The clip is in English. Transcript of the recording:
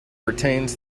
retains